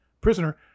Prisoner